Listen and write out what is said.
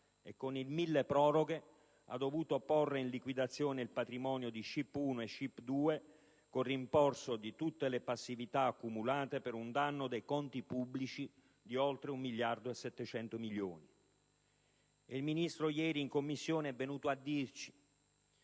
milleproroghe ha dovuto porre in liquidazione il patrimonio di SCIP 1 e SCIP 2 con il rimborso di tutte le passività accumulate per un danno ai conti pubblici di oltre un miliardo e 700 milioni. Il Ministro ieri in Commissione è venuto a dirci